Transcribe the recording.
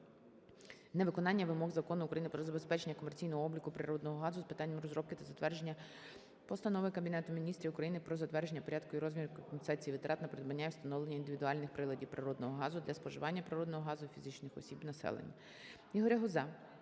невиконання вимог Закону України "Про забезпечення комерційного обліку природного газу" з питання розробки та затвердження Постанови Кабінету Міністрів України "Про затвердження Порядку і розмірів компенсації витрат на придбання та встановлення індивідуальних приладів природного газу для споживачів природного газу - фізичних осіб (населення)".